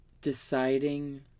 deciding